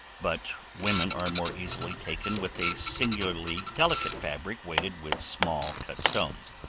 but women are more easily taken with a singularly delicate fabric weighted with small, cut stones.